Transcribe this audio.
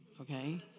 okay